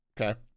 Okay